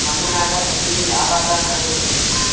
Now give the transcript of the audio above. ಮಣ್ಣಿನಾಗ ಸಸಿ ಯಾವಾಗ ನೆಡಬೇಕರಿ?